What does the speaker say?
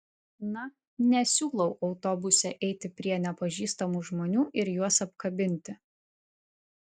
na nesiūlau autobuse eiti prie nepažįstamų žmonių ir juos apkabinti